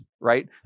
right